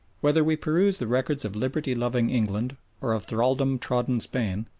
whether we peruse the records of liberty-loving england or of thraldom-trodden spain,